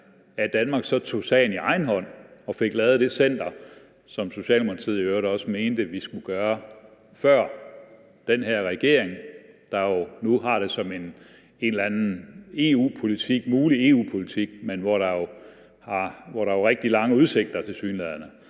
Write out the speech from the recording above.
at Danmark så tog sagen i egen hånd og fik lavet det center, som Socialdemokratiet i øvrigt også mente, vi skulle gøre, inden den her regering, der jo nu har det som en eller anden mulig EU-politik, men hvor det tilsyneladende